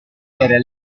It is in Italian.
era